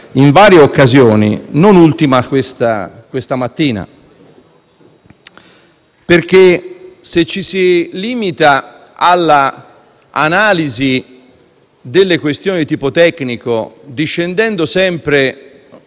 in varie occasioni, non ultima questa mattina, perché ci si limita all'analisi delle questioni dal punto di vista tecnico, discendendo sempre